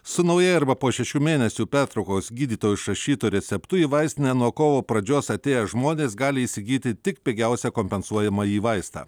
su nauja arba po šešių mėnesių pertraukos gydytojo išrašytu receptu į vaistinę nuo kovo pradžios atėję žmonės gali įsigyti tik pigiausią kompensuojamąjį vaistą